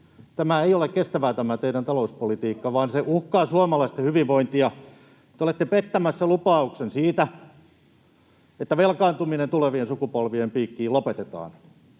ei ole kestävää, vaan se uhkaa suomalaisten hyvinvointia. Te olette pettämässä lupauksen siitä, että velkaantuminen tulevien sukupolvien piikkiin lopetetaan.